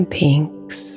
pinks